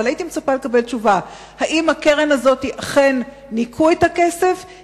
אבל הייתי מצפה לקבל תשובה: האם ניכו את הכסף לקרן הזאת?